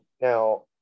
now